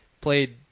played